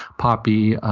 poppy,